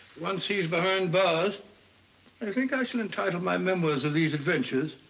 once he's behind bars i think i shall entitle my memoirs of these adventures,